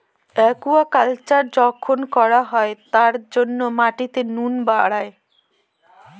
aquaculture যখন করা হয় তার জন্য মাটিতে নুন বাড়ায়